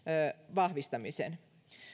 vahvistamisen